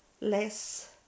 less